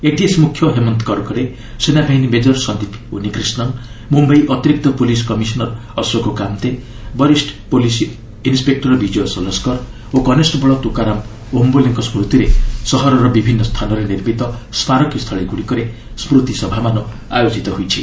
ATS ମୁଖ୍ୟ ହେମନ୍ତ କର୍କରେ ସେନାବାହିନୀ major Sandeep Unnikrishnan Mumbai ଅତିରିକ୍ତ ପୁଲିସ୍ କମିଶନର ଅଶୋକ କାମ୍ତେ ବରିଷ ପ୍ରଲିସ୍ ଇନ୍ସେକ୍ଟର ବିଜୟ ସଲାସ୍କର ଓ କନେଷବଳ ତ୍ରକାରାମ୍ ଓମ୍ବୋଲେଙ୍କ ସ୍କୃତିରେ ସହରର ବିଭିନ୍ନ ସ୍ଥାନରେ ନିର୍ମିତ ସ୍କାରକୀ ସ୍ଥଳୀଗୁଡ଼ିକରେ ସ୍କତିସଭାମାନ ଆୟୋଜିତ ହୋଇଛି